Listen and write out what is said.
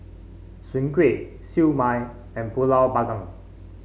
Soon Kway Siew Mai and pulut panggang